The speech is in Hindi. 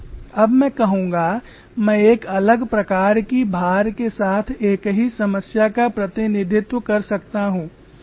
अब मैं कहूंगा मैं एक अलग प्रकार की भार के साथ एक ही समस्या का प्रतिनिधित्व कर सकता हूं